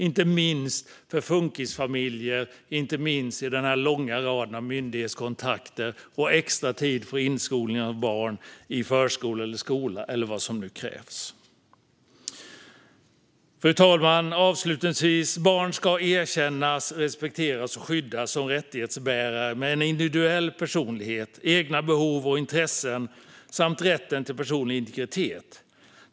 Inte minst gäller detta för funkisfamiljer med en lång rad myndighetskontakter, och inte minst gäller det extra tid för inskolning av barn i förskola, skola eller vad som nu krävs. Fru talman! Avslutningsvis: Barn ska erkännas, respekteras och skyddas som rättighetsbärare med en individuell personlighet, egna behov och intressen samt rätt till personlig integritet.